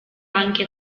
anche